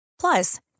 Plus